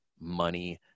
money